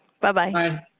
Bye-bye